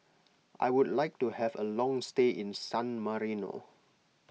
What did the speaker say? I would like to have a long stay in San Marino